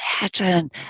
imagine